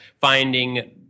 finding